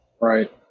Right